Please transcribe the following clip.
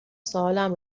سوالم